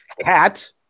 cat